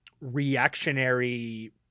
reactionary